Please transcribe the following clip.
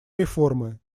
реформы